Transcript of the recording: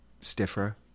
stiffer